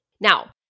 Now